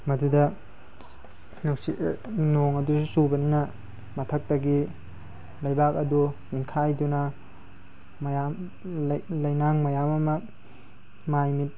ꯃꯗꯨꯗ ꯅꯨꯡꯁꯤꯠ ꯅꯣꯡ ꯑꯗꯨꯁꯨ ꯆꯨꯕꯅꯤꯅ ꯃꯊꯛꯇꯒꯤ ꯂꯩꯕꯥꯛ ꯑꯗꯨ ꯅꯤꯡꯈꯥꯏꯗꯨꯅ ꯃꯌꯥꯝ ꯂꯩꯅꯥꯡ ꯃꯌꯥꯝ ꯑꯃ ꯃꯥꯏ ꯃꯤꯠ